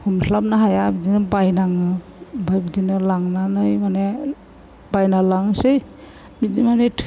हमस्लाबनो हाया बिदिनो बायनाङो ओमफ्राय बिदिनो लांनानै माने बायना लांनोसै बिदि माने